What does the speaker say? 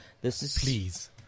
Please